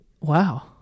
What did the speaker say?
Wow